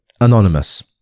Anonymous